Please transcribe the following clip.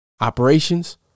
Operations